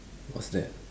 what's that